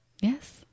Yes